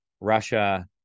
russia